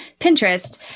Pinterest